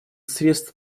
средств